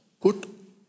put